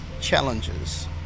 challenges